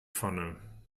pfanne